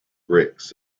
bricks